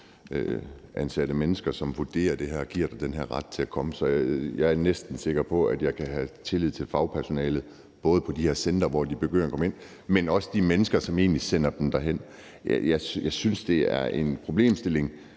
ansatte mennesker, som vurderer det her og giver dig den her ret. Så jeg er næsten sikker på, at jeg både kan have tillid til fagpersonalet på de her centre, hvor de begynder at komme ind, men også til de mennesker, som egentlig sender dem derhen. Jeg synes, det er en problemstilling,